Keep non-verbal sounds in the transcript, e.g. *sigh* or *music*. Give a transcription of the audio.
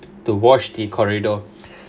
to wash the corridor *breath*